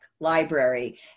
Library